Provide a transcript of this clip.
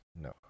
no